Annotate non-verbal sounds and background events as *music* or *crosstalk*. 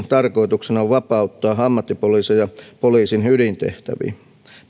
*unintelligible* tarkoituksena on vapauttaa ammattipoliiseja poliisin ydintehtäviin